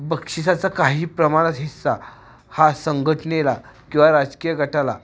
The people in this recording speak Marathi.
बक्षीसाचा काही प्रमाणात हिस्सा हा संघटनेला किंवा राजकीय गटाला